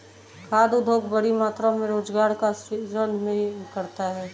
खाद्य उद्योग बड़ी मात्रा में रोजगार का सृजन भी करता है